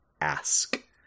ask